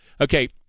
Okay